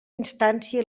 instància